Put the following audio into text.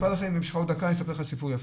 אם יש לך עוד דקה אני אספר לך סיפור יפה.